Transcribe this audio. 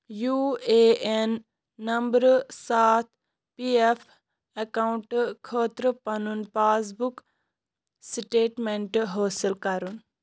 U A N نمبرٕ ساتھ P F ایکاونٛٹہٕ خٲطرٕ پنُن پاس بُک سِٹیٹمٮ۪نٛٹ حٲصِل کَرُن